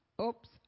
Oops